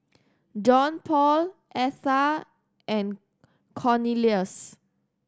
Johnpaul Atha and Cornelius